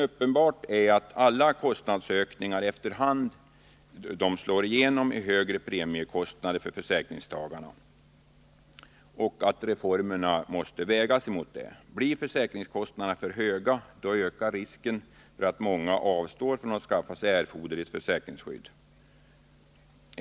Uppenbart är att kostnadsökningen efter hand kommer att resultera i högre premiekostnader för försäkringstagarna och att reformerna måste vägas emot detta. Blir försäkringskostnaderna för höga, ökar risken för att många avstår från att skaffa sig erforderligt försäkringsskydd.